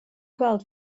gweld